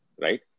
right